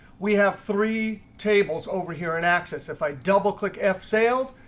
we have three tables over here in access. if i double click f sales,